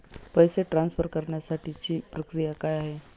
पैसे ट्रान्सफर करण्यासाठीची प्रक्रिया काय आहे?